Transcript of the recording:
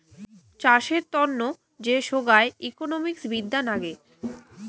চাষের তন্ন যে সোগায় ইকোনোমিক্স বিদ্যা নাগে